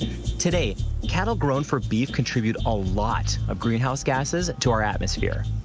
today, cattle grown for beef contribute a lot of greenhouse gases to our atmosphere.